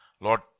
Lord